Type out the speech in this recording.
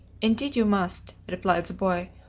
indeed you must, replied the boy,